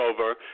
over